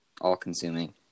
all-consuming